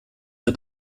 hat